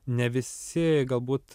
ne visi galbūt